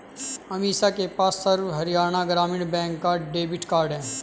अमीषा के पास सर्व हरियाणा ग्रामीण बैंक का डेबिट कार्ड है